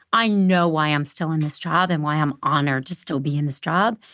i know why i'm still in this job and why i'm honored to still be in this job.